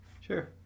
Sure